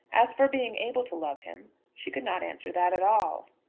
as for being able to love him she could not answer that at all.